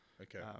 Okay